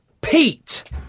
Pete